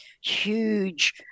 huge